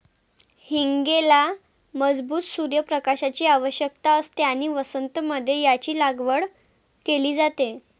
हींगेला मजबूत सूर्य प्रकाशाची आवश्यकता असते आणि वसंत मध्ये याची लागवड केली जाते